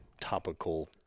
topical